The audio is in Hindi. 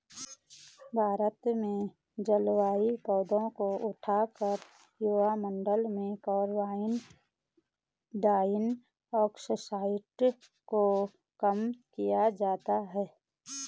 भारत में जलीय पौधों को उठाकर वायुमंडल में कार्बन डाइऑक्साइड को कम किया जाता है